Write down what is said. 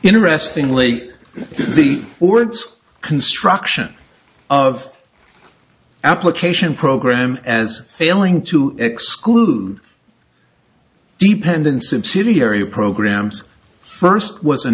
interestingly the ords construction of application program as failing to exclude dependence of city area programs first was